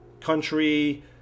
country